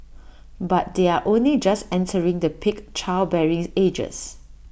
but they are only just entering the peak childbearing ages